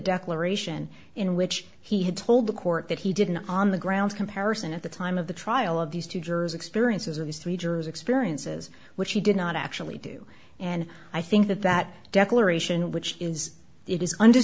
declaration in which he had told the court that he didn't on the grounds comparison at the time of the trial of these two jurors experiences of these three jurors experiences which he did not actually do and i think that that declaration which is it is und